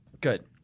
Good